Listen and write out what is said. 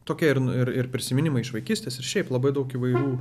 tokie irn ir prisiminimai iš vaikystės ir šiaip labai daug įvairių